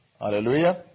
Hallelujah